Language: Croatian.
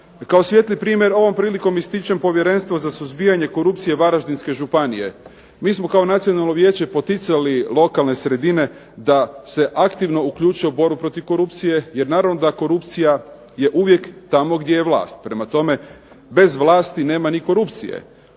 Kao svijetli primjer ovom prilikom ističem Povjerenstvo za suzbijanje korupcije varaždinske županije. Mi smo kao Nacionalno vijeće poticali lokalne sredine da se aktivno uključe u borbu protiv korupcije jer naravno da korupcija je uvijek tamo gdje je vlast. Prema tome, bez vlasti nema ni korupcije.